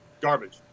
garbage